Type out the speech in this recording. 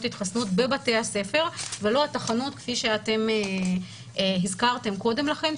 התחסנות בבתי הספר ולא התחנות כפי שאתם הכרתם קודם לכן,